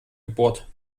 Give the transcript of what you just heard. geburt